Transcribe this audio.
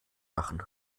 machen